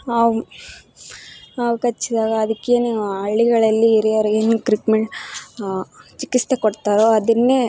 ಹಾವು ಹಾವು ಕಚ್ಚಿದಾಗ ಅದಕ್ಕೆ ನೀವು ಹಳ್ಳಿಗಳಲ್ಲಿ ಹಿರಿಯರು ಏನು ಟ್ರೀಟ್ಮೆ ಚಿಕಿತ್ಸೆ ಕೊಡ್ತಾರೋ ಅದನ್ನೇ